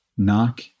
knock